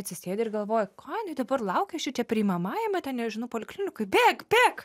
atsisėdi ir galvoji ko jinai taip laukia šičia priimamajame ten nežinau poliklinikoj bėk bėk